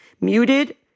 muted